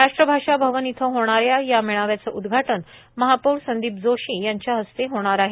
राष्ट्रभाषा भवन इथं होणाऱ्या या मेळाव्याचं उद्घाटन महापौर संदीप जोशी यांच्या हस्ते होणार आहे